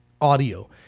audio